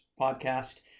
podcast